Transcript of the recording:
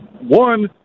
one